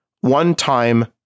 one-time